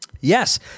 Yes